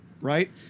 right